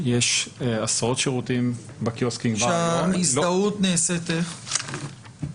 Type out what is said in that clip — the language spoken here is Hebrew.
יש עשרות שירותים בקיוסקים כבר היום --- כאשר איך נעשית ההזדהות?